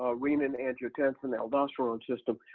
ah renin-angiotensin-aldosterone system,